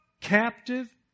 captive